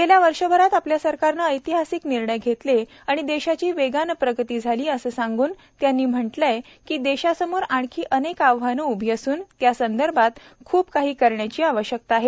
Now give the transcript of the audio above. गेल्या वर्षभरात आपल्या सरकारनं ऐतिहासिक निर्णय घेतले आणि देशाची वेगाने प्रगती झाली असं सांगून त्यांनी म्हटलंय की देशासमोर आणखी अनेक आव्हानं उभी असून त्यासंदर्भात ख्रप काही करण्याची आवश्यकता आहे